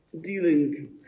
dealing